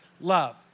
love